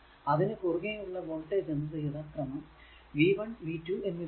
അതിനു കുറുകെ ഉള്ള വോൾടേജ് എന്നത് യഥാക്രമം v 1 v 2 എന്നിവയാണ്